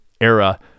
era